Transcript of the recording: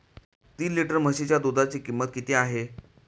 तीन लिटर म्हशीच्या दुधाची किंमत किती आहे?